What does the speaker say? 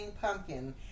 pumpkin